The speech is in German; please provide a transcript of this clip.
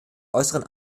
äußeren